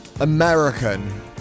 American